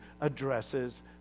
addresses